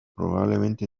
probablemente